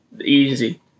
easy